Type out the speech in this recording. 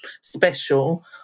special